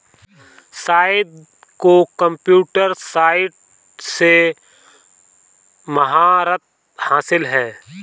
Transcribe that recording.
सैयद को computer science में महारत हासिल है